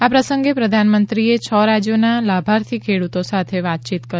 આ પ્રસંગે પ્રધાનમંત્રીએ છ રાજ્યોના લાભાર્થી ખેડૂતો સાથે વાતયીત કરી